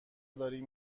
داریم